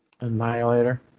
Annihilator